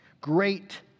Great